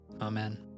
Amen